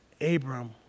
Abram